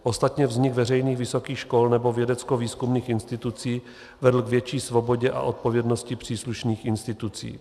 Ostatně vznik veřejných vysokých škol nebo vědeckovýzkumných institucí vedl k větší svobodě a odpovědnosti příslušných institucí.